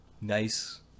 nice